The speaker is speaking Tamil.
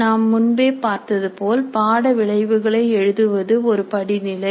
நாம் முன்பே பார்த்ததுபோல் பாட விளைவுகளை எழுதுவது ஒரு படிநிலை